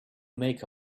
make